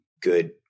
good